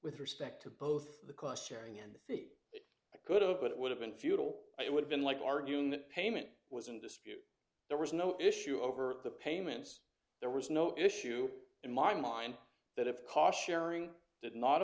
with respect to both the cost sharing and the feed i could have but it would have been futile it would've been like arguing that payment was in dispute there was no issue over the payments there was no issue in my mind that if caution did not